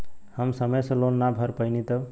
हम समय से लोन ना भर पईनी तब?